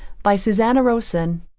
by susanna rowson